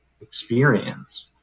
experience